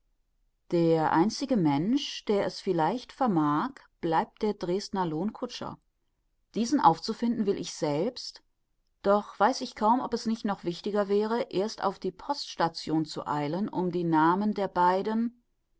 der einzige mensch der es vielleicht vermag bleibt der dresdner lohnkutscher diesen aufzufinden will ich selbst und doch weiß ich kaum ob es nicht noch wichtiger wäre erst auf die poststation zu eilen um die namen der beiden